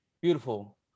beautiful